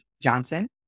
Johnson